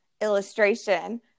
illustration